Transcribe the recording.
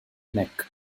neck